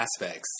aspects